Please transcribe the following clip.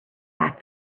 back